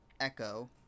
Echo